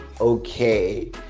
okay